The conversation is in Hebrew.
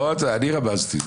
לא אתה, אני רמזתי.